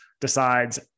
decides